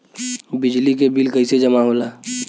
बिजली के बिल कैसे जमा होला?